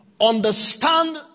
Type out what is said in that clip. understand